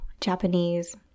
Japanese